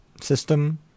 system